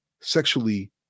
sexually